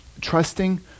trusting